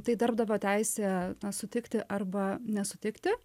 tai darbdavio teisė sutikti arba nesutikti